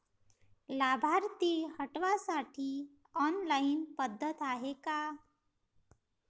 लाभार्थी हटवासाठी ऑनलाईन पद्धत हाय का?